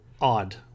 odd